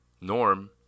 Norm